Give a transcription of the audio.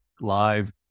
Live